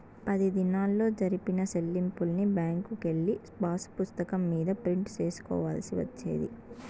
పది దినాల్లో జరిపిన సెల్లింపుల్ని బ్యాంకుకెళ్ళి పాసుపుస్తకం మీద ప్రింట్ సేసుకోవాల్సి వచ్చేది